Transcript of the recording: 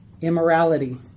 immorality